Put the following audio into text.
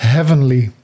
Heavenly